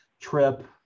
trip